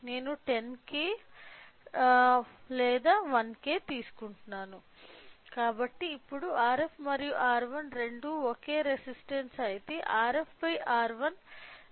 నేను10K లేదా 1K తీసుకుంటాను కాబట్టి ఇప్పుడు Rf మరియు R1 రెండూ ఒకే రెసిస్టన్స్ అయితే Rf R1 ను 1 గా పొందుతాయి